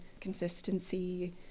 consistency